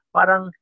Parang